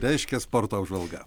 reiškia sporto apžvalga